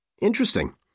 Interesting